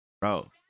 Bro